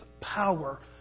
power